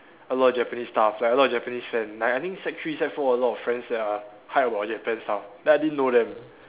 a lot of Japanese stuff like a lot of Japanese fan like I think sec three sec four a lot of friends that are high about Japan stuff then I didn't know them